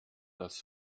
das